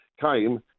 came